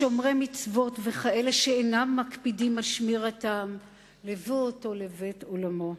שומרי מצוות וכאלה שאינם מקפידים על שמירתן ליוו אותו לבית-עולמו.